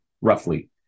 roughly